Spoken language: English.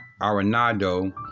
Arenado